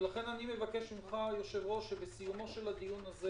לכן אני מבקש ממך, היושב-ראש, שבסיום הדיון הזה